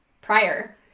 prior